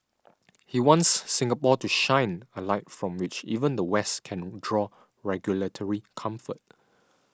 he wants Singapore to shine a light from which even the West can draw regulatory comfort